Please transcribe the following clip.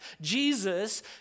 Jesus